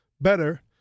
better